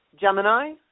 Gemini